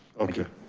okay,